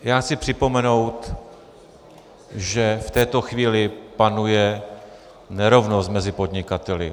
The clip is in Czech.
Já chci připomenout, že v této chvíli panuje nerovnost mezi podnikateli.